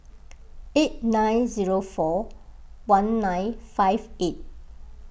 eight nine zero four one nine five eight